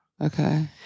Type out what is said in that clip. Okay